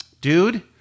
Dude